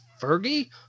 Fergie